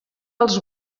els